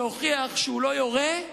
שהוכיח שהוא לא יורה,